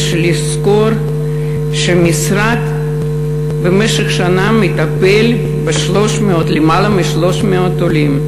יש לזכור שהמשרד מטפל במשך שנה בלמעלה מ-300,000 עולים,